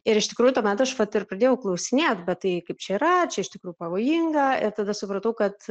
ir iš tikrųjų tuomet aš vat ir pradėjau klausinėt bet tai kaip čia yra čia iš tikrųjų pavojinga ir tada supratau kad